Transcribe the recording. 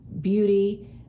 beauty